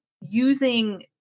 using